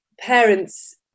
parents